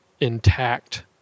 intact